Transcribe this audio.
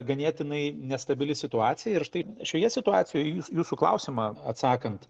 ganėtinai nestabili situacija ir štai šioje situacijoj jūsų klausimą atsakant